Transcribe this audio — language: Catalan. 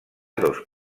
dos